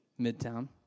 Midtown